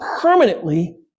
permanently